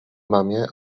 mamie